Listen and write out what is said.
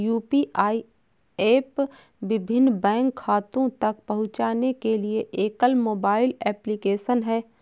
UPI app विभिन्न bank खातों तक पहुँचने के लिए एकल मोबाइल एप्लिकेशन है